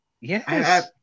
yes